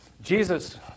Jesus